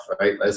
right